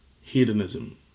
hedonism